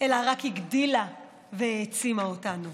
אלא רק הגדילה והעצימה אותנו